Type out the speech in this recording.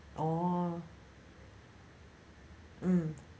oh mm